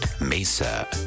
Mesa